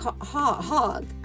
hog